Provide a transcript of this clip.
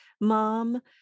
mom